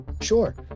Sure